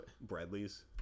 Bradley's